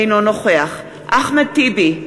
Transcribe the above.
אינו נוכח אחמד טיבי,